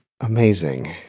amazing